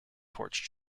torch